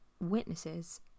witnesses